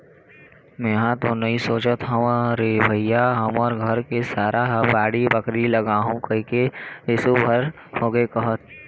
मेंहा तो नइ सोचत हव रे भइया हमर घर के सारा ह बाड़ी बखरी लगाहूँ कहिके एसो भर होगे कहत